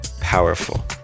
powerful